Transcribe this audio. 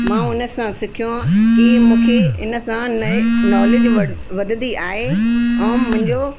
मां उन सां सिखियो की मूंखे इन सां नए नोलेज वड़ वधंदी आहे ऐं मुंहिंजो